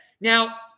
Now